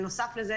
בנוסף לזה,